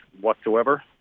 whatsoever